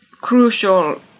crucial